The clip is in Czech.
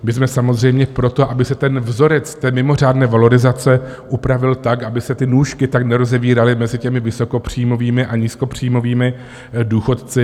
My jsme samozřejmě pro to, aby se vzorec té mimořádné valorizace upravil tak, aby se ty nůžky tak nerozevíraly mezi těmi vysokopříjmovými a nízkopříjmovými důchodci.